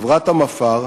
חברת המפא"ר